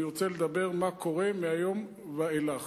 אני רוצה לדבר מה קורה מהיום ואילך.